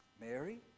Mary